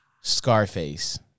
Scarface